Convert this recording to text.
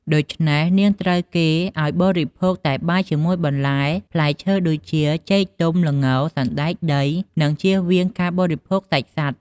ដូច្នេះ នាងត្រូវបានគេឱ្យបរិភោគតែបាយជាមួយបន្លែ ផ្លែឈើ ដូចជា ចេកទុំ ល្ង សណ្តែកដី និងជៀសវាងការបរិភោគសាច់សត្វ។